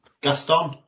gaston